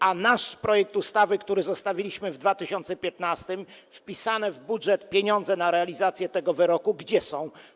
A nasz projekt ustawy, który zostawiliśmy w 2015 r., i wpisane do budżetu pieniądze na realizację tego wyroku - gdzie są?